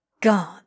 God